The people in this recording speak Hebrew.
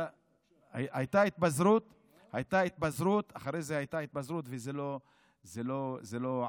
אחרי זה הייתה התפזרות וזה לא עבר.